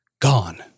Gone